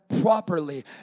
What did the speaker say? properly